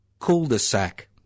cul-de-sac